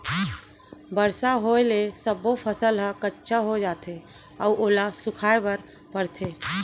बरसा होए ले सब्बो फसल ह कच्चा हो जाथे अउ ओला सुखोए बर परथे